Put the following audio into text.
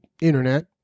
internet